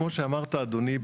כמו שאמרת אדוני,